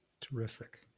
Terrific